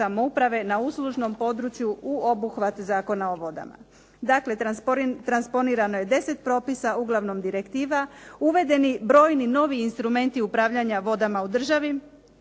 na uslužnom području u obuhvat Zakona o vodama. Dakle, transponirano je 10 propisa, uglavnom direktiva, uvedeni brojni novi instrumenti upravljanja vodama u državi,